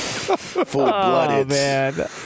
Full-blooded